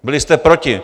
Byli jste proti.